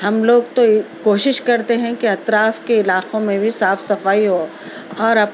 ہم لوگ تو کوشش کرتے ہیں کہ اطراف کے علاقوں میں بھی صاف صفائی ہو اور اپ